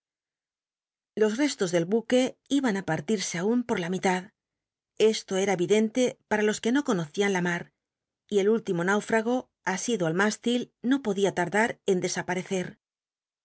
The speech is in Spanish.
os restos del buque iban ti p u'lise aun por la mitad esto ca a evidente para los que no conocían mar y el úllimo ntiu faago asido al rntistil no podía laa dar en desapa